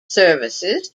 services